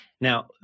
Now